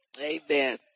Amen